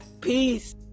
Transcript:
Peace